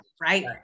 Right